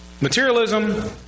Materialism